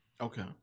Okay